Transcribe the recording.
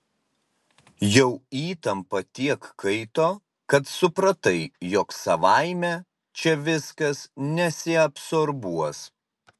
jau įtampa tiek kaito kad supratai jog savaime čia viskas nesiabsorbuos